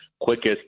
quickest